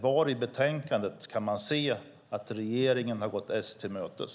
Var i betänkandet kan man se att regeringen har gått S till mötes?